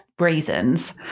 reasons